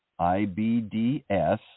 IBDS